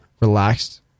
relaxed